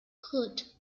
curt